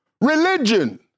Religion